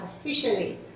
officially